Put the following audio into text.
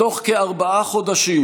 בתוך כארבעה חודשים